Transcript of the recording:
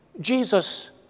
Jesus